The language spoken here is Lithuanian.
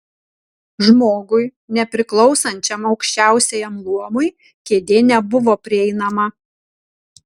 žmogui nepriklausančiam aukščiausiajam luomui kėdė nebuvo prieinama